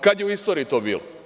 Kada je u istoriji to bilo?